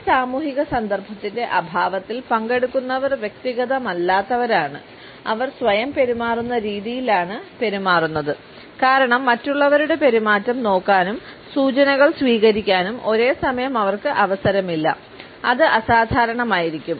ഈ സാമൂഹിക സന്ദർഭത്തിന്റെ അഭാവത്തിൽ പങ്കെടുക്കുന്നവർ വ്യക്തിഗതമല്ലാത്തവരാണ് അവർ സ്വയം പെരുമാറുന്ന രീതിയിലാണ് പെരുമാറുന്നത് കാരണം മറ്റുള്ളവരുടെ പെരുമാറ്റം നോക്കാനും സൂചനകൾ സ്വീകരിക്കാനും ഒരേ സമയം അവർക്ക് അവസരമില്ല അത് അസാധാരണമായിരിക്കും